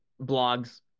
blogs